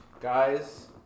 Guys